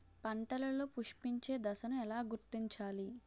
పంటలలో పుష్పించే దశను ఎలా గుర్తించాలి?